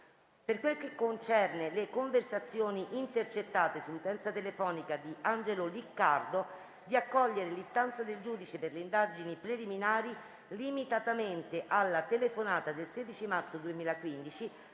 per quel che concerne le conversazioni intercettate sull'utenza telefonica di Angelo Liccardo, di accogliere l'istanza del giudice per le indagini preliminari limitatamente alla telefonata del 16 marzo 2015